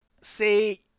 say